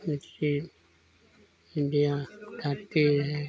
media बताती है